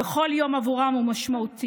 וכל יום עבורם הוא משמעותי.